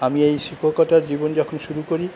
আমি এই শিক্ষকতার জীবন যখন শুরু করি